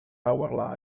our